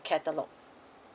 catalogue